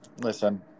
listen